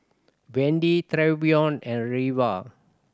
Wendy Trevion and Reva